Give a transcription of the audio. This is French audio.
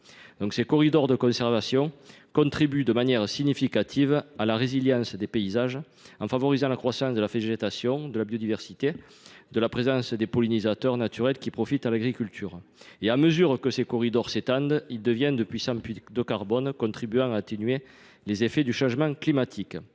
Ces corridors de conservation contribuent de manière significative à la résilience des paysages en favorisant la croissance de la végétation, la biodiversité et la présence les pollinisateurs naturels, qui profitent aussi à l’agriculture. À mesure que ces corridors s’étendent, ils deviennent de puissants puits de carbone, contribuant à atténuer les effets du changement climatique.